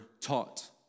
taught